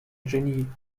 genie